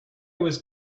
was